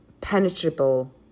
penetrable